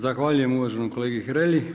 Zahvaljujem uvaženom kolegi Hrelji.